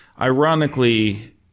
Ironically